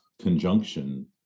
conjunction